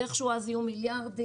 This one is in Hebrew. ואיכשהו אז יהיו מיליארדים,